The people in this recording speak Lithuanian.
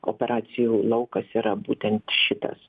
operacijų laukas yra būtent šitas